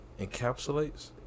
Encapsulates